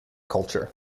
culture